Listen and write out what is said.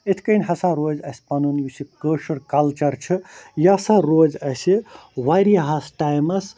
یِتھٕ کٔنۍ ہَسا روزِ اَسہِ پَنُن یُس یہِ کٲشُر کَلچَر چھُ یہِ ہَسا روزِ اَسہِ واریاہَس ٹایمَس